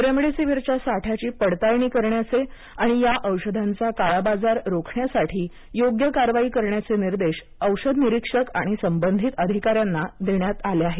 रेमडिसीवीरच्या साठ्याची पडताळणी करण्याचे आणि या औषधांचा काळाबाजार रोखण्यासाठी योग्य कारवाई करण्याचे निर्देश औषध निरीक्षक आणि संबंधित अधिकाऱ्यांना देण्यात आले आहेत